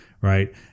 right